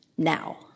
Now